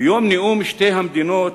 ביום נאום "שתי המדינות"